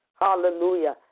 Hallelujah